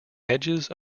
edges